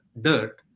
dirt